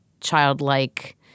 childlike